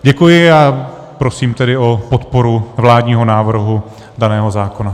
Děkuji a prosím tedy o podporu vládního návrhu daného zákona.